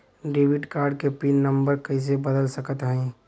Debit card क pin number कइसे बदल सकत हई?